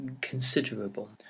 considerable